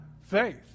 faith